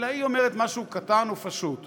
אלא היא אומרת משהו קטן ופשוט.